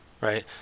right